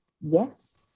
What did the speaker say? yes